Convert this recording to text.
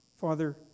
Father